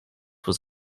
was